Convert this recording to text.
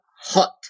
hot